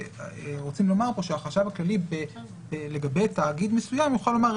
רוצים לומר כאן שהחשב הכללי לגבי תאגיד מסוים יוכל לומר,